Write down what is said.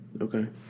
Okay